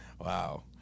wow